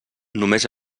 només